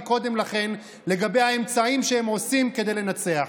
קודם לכן על האמצעים שהם עושים כדי לנצח.